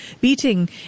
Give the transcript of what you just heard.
beating